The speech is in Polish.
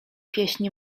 pieśni